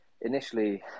initially